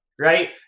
right